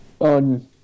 On